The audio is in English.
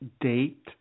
date